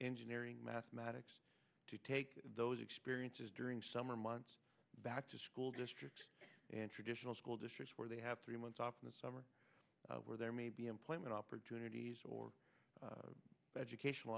engineering mathematics to take those experiences during summer months back to school district and traditional school districts where they have three months off in the summer where there may be employment opportunities or educational